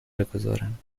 بگذارم